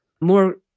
more